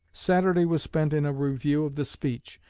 saturday was spent in a review of the speech,